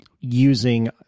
using